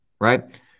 right